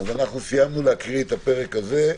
סיימנו להקריא את הפרק הזה.